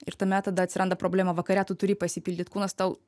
ir tame tada atsiranda problema vakare tu turi pasipildyt kūnas tau